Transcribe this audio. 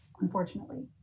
unfortunately